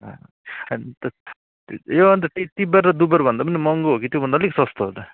अन्त यो अन्त तिबार र दुबर भन्दा पनि महँगो हो कि त्यो भन्दा अलिक सस्तो हो दा